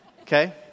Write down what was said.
Okay